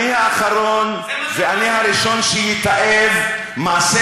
אני האחרון, תקבל